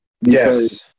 Yes